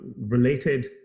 related